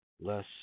less